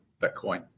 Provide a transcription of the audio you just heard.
Bitcoin